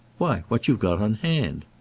why what you've got on hand.